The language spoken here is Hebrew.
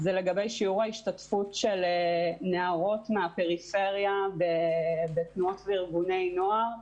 והוא לגבי שיעור השתתפות של נערות מהפריפריה בתנועות וארגוני נוער.